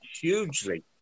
hugely